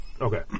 Okay